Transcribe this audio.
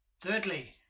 Thirdly